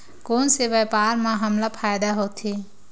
कोन से व्यापार म हमला फ़ायदा होथे?